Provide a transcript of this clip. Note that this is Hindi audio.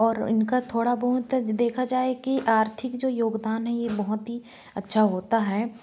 और उनका थोड़ा बहुत तक देखा जाए की आर्थिक जो योगदान है वह बहुत ही अच्छा होता है